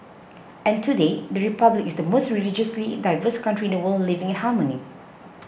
and today the Republic is the most religiously diverse country in the world living in harmony